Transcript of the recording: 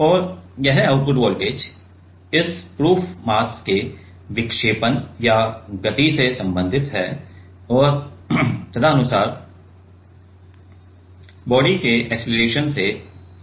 और यह output voltage इस प्रूफ मास के विक्षेपण या गति से संबंधित है और तदनुसार बॉडी के अक्सेलरेशन से संबंधित है